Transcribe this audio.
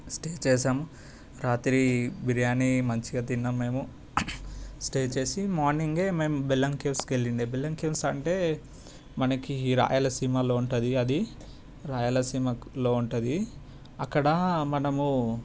stay చేసాం రాత్రి బిర్యాని మంచిగా తిన్నాము మేము స్టేచేసి మార్నింగే మేము బెల్లం కేవ్స్కి వెళ్ళిండే బెల్లం కేవ్స్ అంటే మనకి రాయలసీమలో ఉంటుంది అది రాయలసీమలో ఉంటుంది అక్కడ మనము